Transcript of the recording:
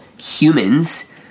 HUMANS